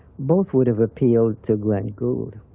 both would have appealed to glenn gould.